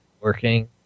working